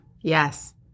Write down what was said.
Yes